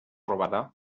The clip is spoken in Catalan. robada